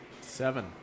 Seven